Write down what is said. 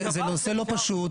זה נושא לא פשוט,